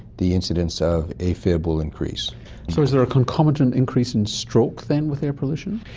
the incidence of a fib will increase. so is there a concomitant increase in stroke then with air pollution?